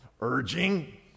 urging